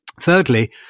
Thirdly